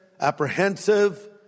apprehensive